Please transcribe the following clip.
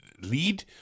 lead